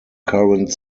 current